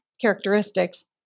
characteristics